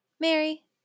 Mary